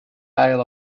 isle